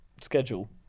schedule